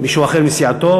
מישהו אחר מסיעתו?